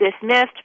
dismissed